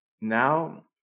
Now